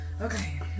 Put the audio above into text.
Okay